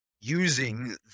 Using